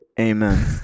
Amen